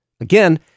Again